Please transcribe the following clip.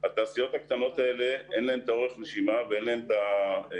לתעשיות הקטנות האלה אין את אורך הנשימה הכלכלי